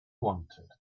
wanted